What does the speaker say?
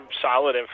solid